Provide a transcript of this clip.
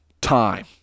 time